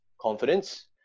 confidence